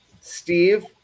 Steve